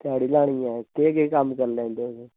ध्याड़ी लानी ऐ केह् केह् कम्म करी लैंदे ओ तुस